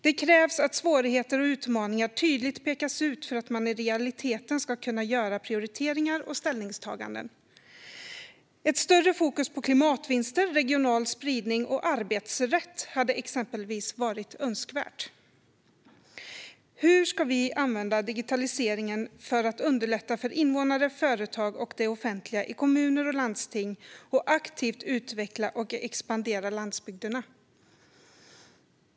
Det krävs att svårigheter och utmaningar tydligt pekas ut för att man i realiteten ska kunna göra prioriteringar och ställningstaganden. Ett större fokus på klimatvinster, regional spridning och arbetsrätt hade exempelvis varit önskvärt. Hur ska vi använda digitaliseringen för att underlätta för invånare, företag och det offentliga i kommuner och landsting och aktivt utveckla och expandera landsbygderna?